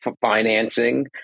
financing